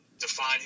define